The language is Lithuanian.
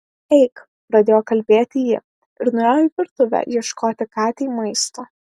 eik pradėjo kalbėti ji ir nuėjo į virtuvę ieškoti katei maisto